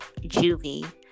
juvie